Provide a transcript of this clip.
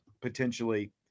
potentially